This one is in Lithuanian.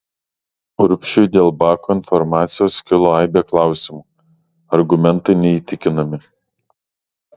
urbšiui dėl bako informacijos kilo aibė klausimų argumentai neįtikinami